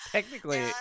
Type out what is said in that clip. Technically